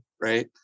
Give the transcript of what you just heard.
Right